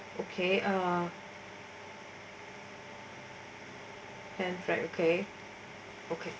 okay uh and right okay okay